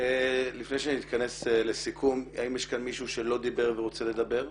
לפני שנתכנס לסיכום האם יש כאן מישהו שלא דיבר ורוצה לדבר?